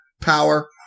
power